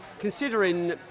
Considering